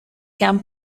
can